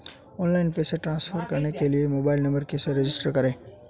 Online पैसे transfer करने के लिए मोबाइल नंबर कैसे रजिस्टर करें?